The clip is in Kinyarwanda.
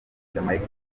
jamaica